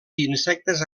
insectes